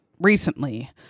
recently